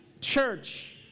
church